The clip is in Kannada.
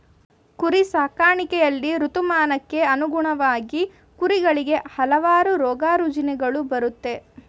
ಕುರಿ ಸಾಕಾಣಿಕೆಯಲ್ಲಿ ಋತುಮಾನಕ್ಕನುಗುಣವಾಗಿ ಕುರಿಗಳಿಗೆ ಹಲವಾರು ರೋಗರುಜಿನಗಳು ಬರುತ್ತೆ